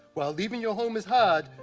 while leavin' your home is hard,